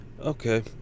okay